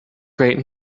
great